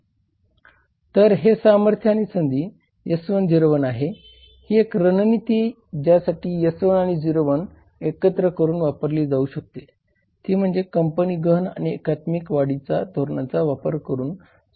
तर हे सामर्थ्य आणि संधी S1 O1 आहे ही रणनीती ज्यासाठी S1 आणि O1 एकत्र करून वापरली जाऊ शकते ती म्हणजे कंपनी गहन आणि एकात्मिक वाढीच्या धोरणांचा वापर करून स्वतः मध्ये वाढ करू शकतात